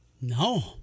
No